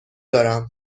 دارم